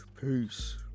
peace